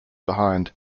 behind